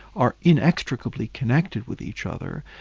are inextricably connected with each other.